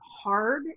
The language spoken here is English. hard